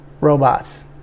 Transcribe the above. robots